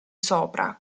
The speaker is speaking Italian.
sopra